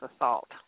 assault